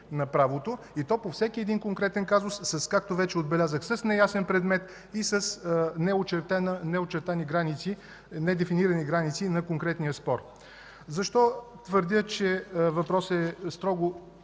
на правото, и то по всеки конкретен казус, с както вече отбелязах – с неясен предмет и с неочертани, недефинирани граници на конкретния спор. Защо твърдя, че въпросът е строго